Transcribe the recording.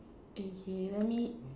okay let me